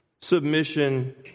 submission